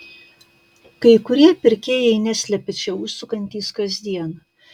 kai kurie pirkėjai neslepia čia užsukantys kasdien